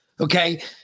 okay